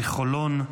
מחולון,